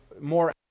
more